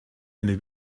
eine